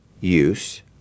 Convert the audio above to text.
use